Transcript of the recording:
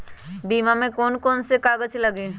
बीमा में कौन कौन से कागज लगी?